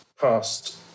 passed